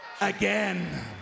again